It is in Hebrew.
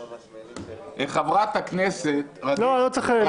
לא צריך.